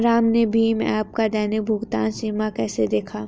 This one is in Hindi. राम ने भीम ऐप का दैनिक भुगतान सीमा कैसे देखा?